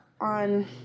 On